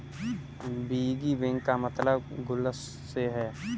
piggy bank का मतलब गुल्लक से है